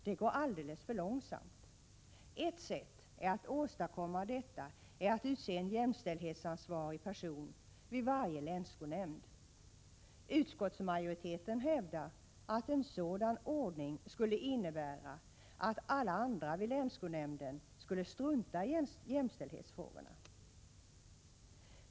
Det går alldeles för långsamt. Ett sätt att åstadkomma detta är att utse en jämställdhetsansvarig person vid varje länsskolnämnd. Utskottsmajoriteten hävdar att en sådan ordning skulle innebära att alla andra vid länsskolnämnden skulle strunta i jämställdhetsfrågorna.